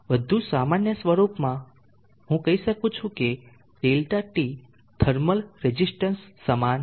વધુ સામાન્ય સ્વરૂપમાં હું કહી શકું છું કે ΔT થર્મલ રેઝીસ્ટન્સ સમાન છે